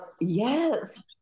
Yes